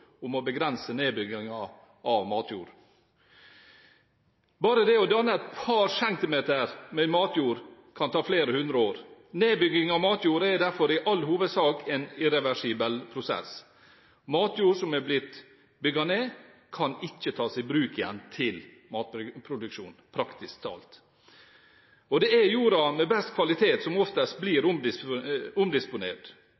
om å begrense nedbyggingen av matjord. Bare det å danne et par centimeter med matjord kan ta flere hundre år. Nedbygging av matjord er derfor i all hovedsak en irreversibel prosess. Matjord som er blitt bygget ned, kan ikke tas i bruk igjen til matproduksjon, praktisk talt. Det er jorda med best kvalitet som